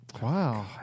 Wow